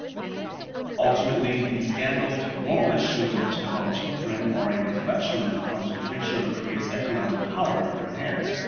you know ultimately, these scandals moral issues of chaebol children. are a reflection of the concentration of korea's economic power in their hands.